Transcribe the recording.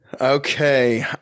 Okay